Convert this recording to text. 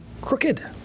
crooked